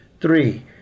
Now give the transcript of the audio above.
Three